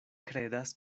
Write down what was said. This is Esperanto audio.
kredas